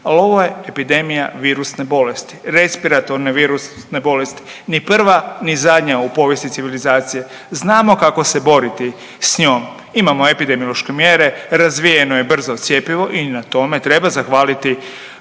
ali ovo je epidemija virusne bolesti, respiratorne virusne bolesti, ni prva ni zadnja u povijesti civilizacije, znamo kako se boriti s njom, imamo epidemiološke mjere, razvijeno je brzo cjepivo i na tome treba zahvaliti